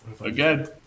Again